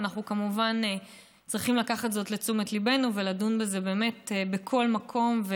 אנחנו כמובן צריכים לקחת זאת לתשומת ליבנו ולדון בזה בכל מקום,